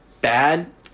bad